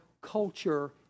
culture